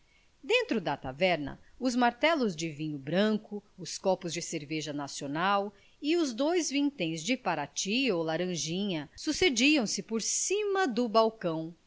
dentro da taverna os martelos de vinho branco os copos de cerveja nacional e os dois vinténs de parati ou laranjinha sucediam-se por cima do balcão